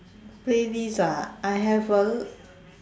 playlist ah I have a